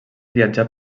viatjà